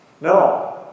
No